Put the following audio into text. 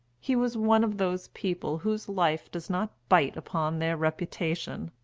he was one of those people whose life does not bite upon their reputation.